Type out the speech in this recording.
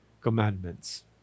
commandments